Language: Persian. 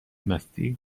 مستی